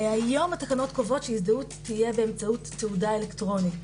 היום התקנות קובעות שההזדהות תהיה באמצעות תעודה אלקטרונית